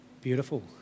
Beautiful